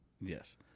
Yes